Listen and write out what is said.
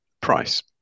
price